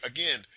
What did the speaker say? Again